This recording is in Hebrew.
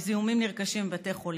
מזיהומים הנרכשים בבתי חולים,